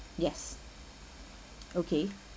yes okay